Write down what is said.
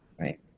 right